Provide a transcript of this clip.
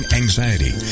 anxiety